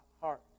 heart